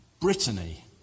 Brittany